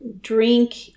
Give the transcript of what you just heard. drink